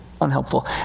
unhelpful